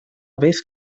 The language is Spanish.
vez